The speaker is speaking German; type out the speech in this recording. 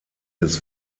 des